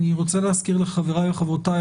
אני רוצה להזכיר לחבריי וחברותיי,